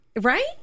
right